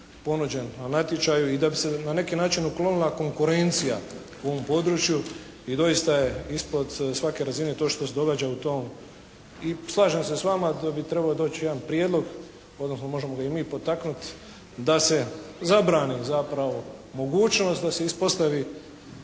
ponuđen na natječaju i da bi se na neki način uklonila konkurencija u ovom području i doista je ispod svake razine to što se događa u tom i slažem se s vama da bi trebao doći jedan prijedlog, odnosno možemo ga i mi potaknuti da se zabrani zapravo mogućnost da se ispostavi